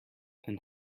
and